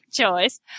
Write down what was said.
choice